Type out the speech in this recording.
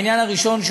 העניין הראשון,